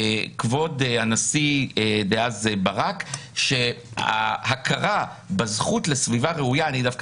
כבוד הנשיא דאז ברק שההכרה בזכות לסביבה ראויה אני דווקא